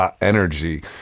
energy